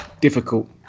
Difficult